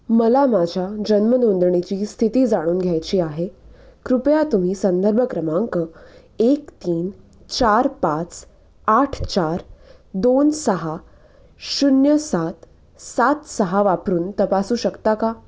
मला माझ्या जन्म नोंदणीची स्थिती जाणून घ्यायची आहे कृपया तुम्ही संदर्भ क्रमांक एक तीन चार पाच आठ चार दोन सहा शून्य सात सात सहा वापरून तपासू शकता का